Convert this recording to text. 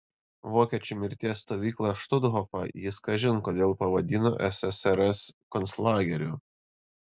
vokiečių mirties stovyklą štuthofą jis kažin kodėl pavadino ssrs konclageriu